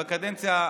בקדנציה,